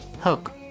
hook